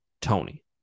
Tony